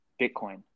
bitcoin